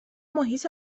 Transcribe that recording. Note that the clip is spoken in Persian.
محیط